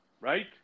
right